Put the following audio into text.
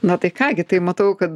na tai ką gi tai matau kad